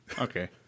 Okay